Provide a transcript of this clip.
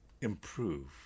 improve